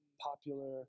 popular